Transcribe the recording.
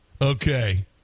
Okay